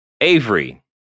avery